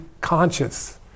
conscious